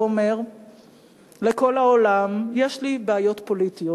אומר לכל העולם: יש לי בעיות פוליטיות.